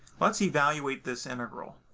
let's evaluate this integral.